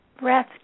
breath